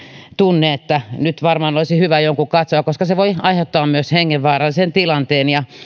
tunne että nyt varmaan olisi hyvä jonkun katsoa koska se voi aiheuttaa myös hengenvaarallisen tilanteen